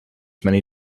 many